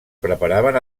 preparaven